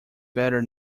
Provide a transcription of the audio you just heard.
better